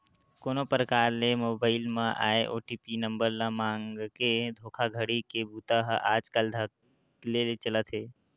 कोनो परकार ले मोबईल म आए ओ.टी.पी नंबर ल मांगके धोखाघड़ी के बूता ह आजकल धकल्ले ले चलत हे